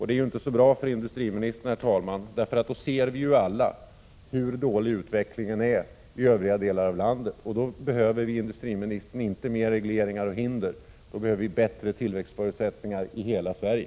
Det är ju inte så bra för industriministern, därför att då ser vi alla hur dålig utvecklingen är i övriga delar av landet. Mot den bakgrunden behöver vi inte, industriministern, fler regleringar och hinder, utan vi behöver bättre tillväxtförutsättningar i hela Sverige.